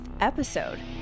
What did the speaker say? episode